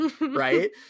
right